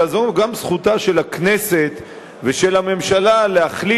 אלא זו גם זכותן של הכנסת ושל הממשלה להחליט,